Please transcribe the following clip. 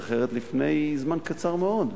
לסדר-יום אחרת לפני זמן קצר מאוד,